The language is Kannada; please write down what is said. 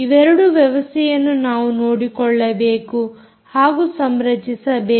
ಇವೆರಡೂ ವ್ಯವಸ್ಥೆಯನ್ನು ನಾವು ನೋಡಿಕೊಳ್ಳಬೇಕು ಹಾಗೂ ಸಂರಚಿಸಬೇಕು